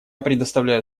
предоставляю